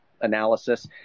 analysis